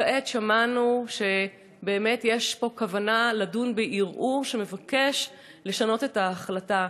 וכעת שמענו שיש כוונה לדון בערעור שמבקש לשנות את ההחלטה.